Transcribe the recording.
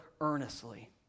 earnestly